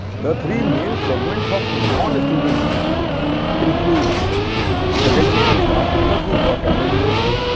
the three main segments of non students include faculty and staff members who work at the university.